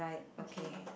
okay